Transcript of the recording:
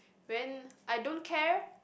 when I don't care